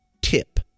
tip